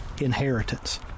inheritance